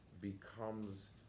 becomes